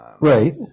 right